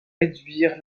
réduire